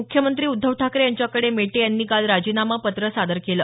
मुख्यमंत्री उद्धव ठाकरे यांच्याकडे मेटे यांनी काल राजीनामा पत्रं सादर केलं